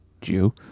Jew